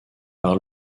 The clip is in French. par